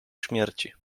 śmierci